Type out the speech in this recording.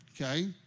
Okay